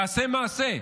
תעשה מעשה.